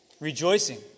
rejoicing